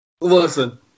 Listen